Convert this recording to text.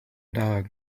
dog